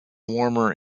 warmer